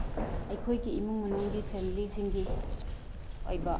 ꯑꯩꯈꯣꯏꯒꯤ ꯏꯃꯨꯡ ꯃꯅꯨꯡꯒꯤ ꯐꯦꯃꯂꯤꯁꯤꯡꯒꯤ ꯑꯣꯏꯕ